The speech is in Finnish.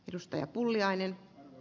arvoisa puhemies